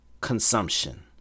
consumption